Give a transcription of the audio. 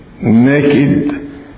naked